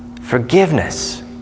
forgiveness